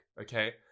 okay